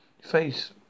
Face